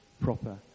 proper